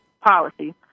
policy